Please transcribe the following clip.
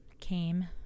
came